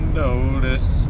notice